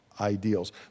ideals